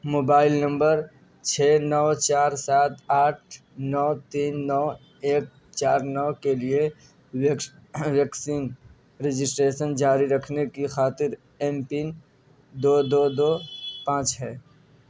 mobile number چھ نو چار سات آٹھ نو تین نو ایک چار نو کے لیے ویکسین رجسٹریشن جاری رکھنے کی خاطر ایم پن دو دو دو پانچ ہے